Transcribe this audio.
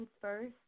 first